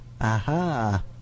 Aha